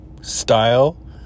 style